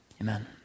amen